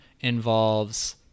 involves